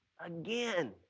Again